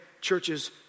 churches